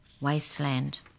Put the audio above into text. wasteland